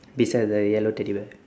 beside the yellow teddy bear